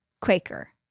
Quaker